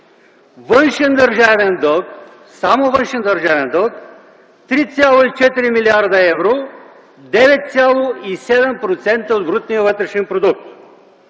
Външен държавен дълг, само външен държавен дълг – 3,4 млрд. евро, 9,7% от брутния вътрешен продукт.